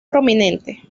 prominente